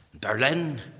Berlin